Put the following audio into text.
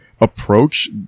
approach